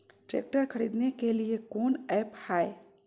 Tractor खरीदने के लिए कौन ऐप्स हाय?